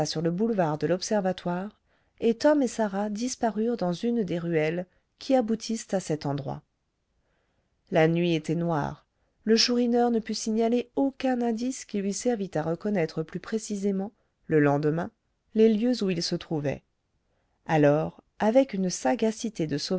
sur le boulevard de l'observatoire et tom et sarah disparurent dans une des ruelles qui aboutissent à cet endroit la nuit était noire le chourineur ne put signaler aucun indice qui lui servît à reconnaître plus précisément le lendemain les lieux où il se trouvait alors avec une sagacité de